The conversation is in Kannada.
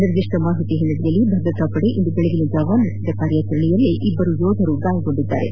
ನಿರ್ದಿಷ್ಟ ಮಾಹಿತಿ ಹಿನ್ನೆಲೆಯಲ್ಲಿ ಭದ್ರತಾ ಪಡೆ ಇಂದು ಬೆಳಗಿನಜಾವ ನಡೆದ ಕಾರ್ಯಾಚರಣೆಯಲ್ಲಿ ಇಬ್ಬರು ಯೋಧರು ಗಾಯಗೊಂಡಿದ್ದಾರೆ